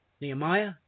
Nehemiah